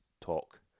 talk